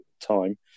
time